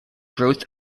growth